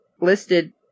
listed